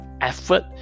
effort